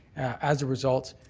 as a result,